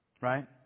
right